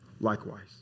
likewise